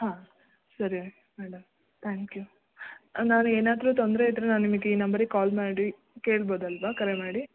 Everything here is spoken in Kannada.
ಹಾಂ ಸರಿ ಮೇಡಮ್ ತ್ಯಾಂಕ್ ಯು ನಾನು ಏನಾದರೂ ತೊಂದರೆ ಇದ್ದರೆ ನಾನು ನಿಮಿಗೆ ಈ ನಂಬರಿಗೆ ಕಾಲ್ ಮಾಡಿ ಕೇಳ್ಬೋದಲ್ಲವಾ ಕರೆ ಮಾಡಿ